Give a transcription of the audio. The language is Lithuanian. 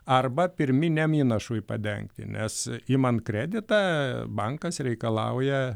arba pirminiam įnašui padengti nes imant kreditą bankas reikalauja